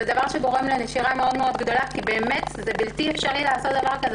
זה גורם לנשירה מאוד מאוד גדולה כי באמת בלתי אפשרי לעשות דבר כזה,